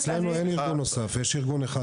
אצלנו אין ארגון נוסף, יש ארגון אחד.